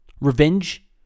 revenge